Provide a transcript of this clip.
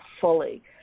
fully